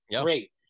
Great